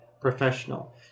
professional